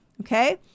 Okay